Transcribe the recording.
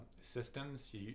systems